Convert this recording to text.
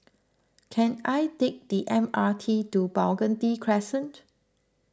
can I take the M R T to Burgundy Crescent